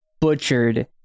butchered